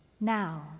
Now